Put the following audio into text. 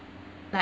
like